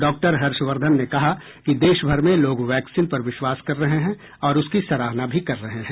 doctor Harshvardhan ने कहा कि देशभर में लोग वैक्सीन पर विश्वास कर रहे हैं और उसकी सराहना भी कर रहे हैं